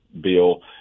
bill